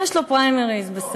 יש לו פריימריז, יש לו פריימריז.